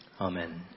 Amen